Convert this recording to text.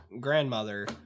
grandmother